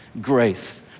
grace